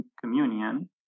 communion